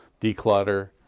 declutter